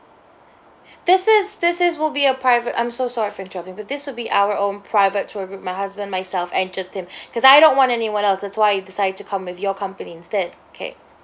this is this is will be a private I'm so sorry for interrupting but this will be our own private tour with my husband myself and just him because I don't want anyone else that's why I decide to come with your company instead okay